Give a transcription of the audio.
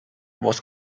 was